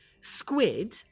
squid